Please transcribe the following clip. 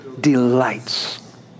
delights